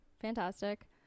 fantastic